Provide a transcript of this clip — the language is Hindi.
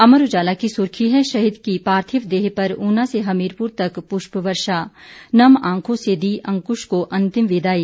अमर उजाला की सुर्खी है शहीद की पार्थिव देह पर ऊना से हमीरपुर तक पुष्प वर्षा नम आंखों से दी अंकृश को अंतिम विदाई